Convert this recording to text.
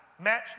match